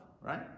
right